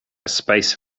space